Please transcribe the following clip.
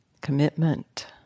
commitment